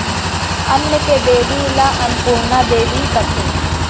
अन्न के देबी ल अनपुरना देबी कथें